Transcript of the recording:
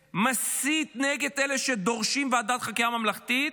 ומסית נגד אלה שדורשים ועדת חקירה ממלכתית,